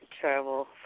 travel